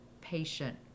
patient